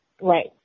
right